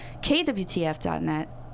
KWTF.net